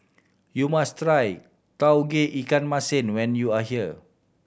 you must try Tauge Ikan Masin when you are here